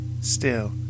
Still